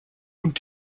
und